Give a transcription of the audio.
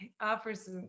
offers